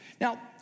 Now